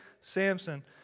Samson